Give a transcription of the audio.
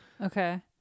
Okay